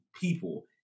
people